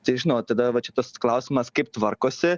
tai žinot tada va čia tas klausimas kaip tvarkosi